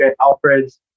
Alfred's